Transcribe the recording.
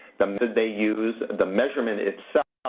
the method they use, the measurement itself,